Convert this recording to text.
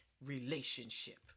relationship